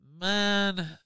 man